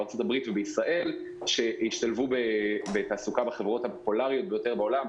בארצות הברית ובישראל שהשתלבו בתעסוקה בחברות הפופולריות ביותר בעולם,